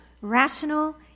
rational